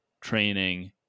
training